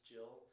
Jill